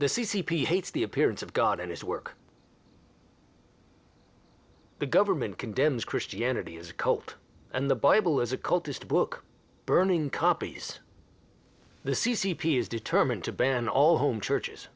the c c p hates the appearance of god and his work the government condemns christianity is a cult and the bible is a cultist book burning copies the c c p is determined to ban all home churches